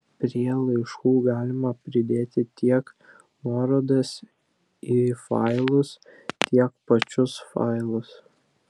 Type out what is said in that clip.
prie laiškų galima pridėti tiek nuorodas į failus tiek pačius failus